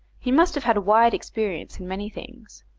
he must have had a wide experience in many things,